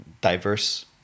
diverse